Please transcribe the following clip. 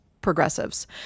progressives